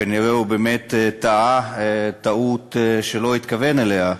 כנראה הוא באמת טעה טעות שלא התכוון אליה,